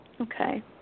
okay